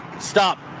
stop.